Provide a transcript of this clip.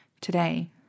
Today